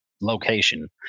location